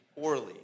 poorly